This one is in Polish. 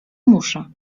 muszę